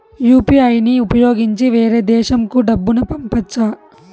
UPI ని ఉపయోగించి వేరే దేశంకు డబ్బును పంపొచ్చా?